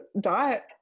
diet